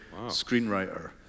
screenwriter